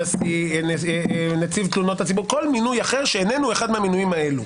אני מציע שנכתוב בצורה ברורה שמינויים,